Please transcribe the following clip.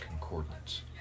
concordance